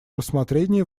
рассмотрении